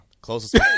Closest